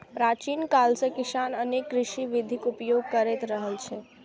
प्राचीन काल सं किसान अनेक कृषि विधिक उपयोग करैत रहल छै